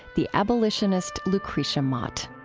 the abolitionist lucretia mott